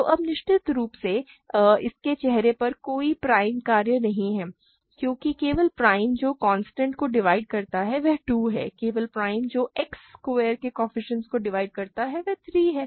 तो अब निश्चित रूप से इसके चेहरे पर कोई प्राइम कार्य नहीं है क्योंकि केवल प्राइम जो कांस्टेंट को डिवाइड करता है वह 2 है केवल प्राइम जो X स्क्वायर के कोएफ़िशिएंट्स को डिवाइड करता है 3 है